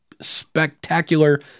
spectacular